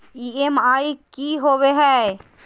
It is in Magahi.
ई.एम.आई की होवे है?